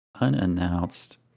Unannounced